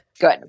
Good